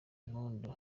mpundu